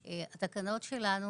התקנות שלנו